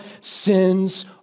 sins